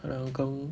她的老公